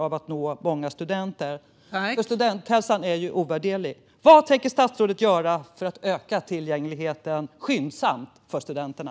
Det är naturligtvis välkommet, för studenthälsan är ovärderlig. Vad tänker statsrådet göra för att skyndsamt öka tillgängligheten för studenterna?